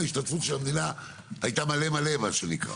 ההשתתפות של המדינה הייתה מלא מלא מה שנקרא.